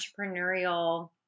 entrepreneurial